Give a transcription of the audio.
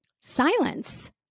silence